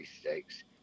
Stakes